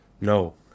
No